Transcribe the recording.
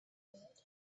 bed